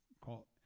call